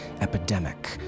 epidemic